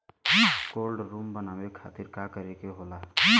Cold room बनावे खातिर का करे के होला?